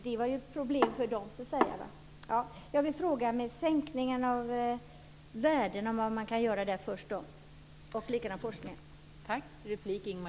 Det var ett problem för dem, så att säga.